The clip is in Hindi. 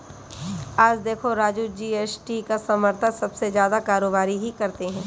आज देखो राजू जी.एस.टी का समर्थन सबसे ज्यादा कारोबारी ही करते हैं